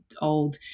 old